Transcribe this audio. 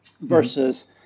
versus